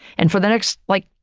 and for the next like,